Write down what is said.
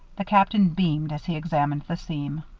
the captain beamed as he examined the seam.